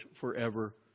forever